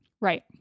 Right